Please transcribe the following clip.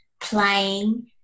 playing